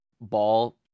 ball